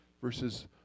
versus